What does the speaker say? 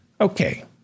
Okay